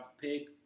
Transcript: pick